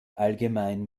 allgemein